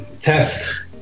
Test